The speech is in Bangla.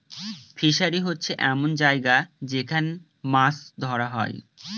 ফিসারী হচ্ছে এমন জায়গা যেখান মাছ ধরা হয়